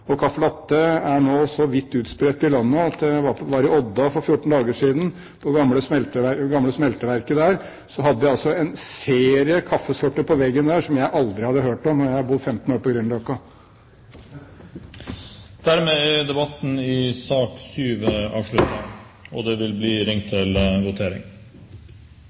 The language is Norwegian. er nå vidt utspredt i landet. Jeg var på det gamle smelteverket i Odda for fjorten dager siden, og der hadde de en serie kaffesorter på veggen som jeg aldri hadde hørt om. Og jeg har bodd 15 år på Grünerløkka. Debatten i sak nr. 7 er avsluttet. Stortinget går da til votering. Det voteres over lovens overskrift og loven i sin helhet. Lovvedtaket vil bli ført opp til